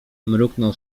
mruknął